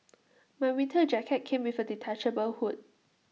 my winter jacket came with A detachable hood